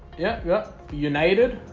yeah. yep united